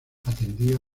atendía